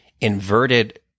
inverted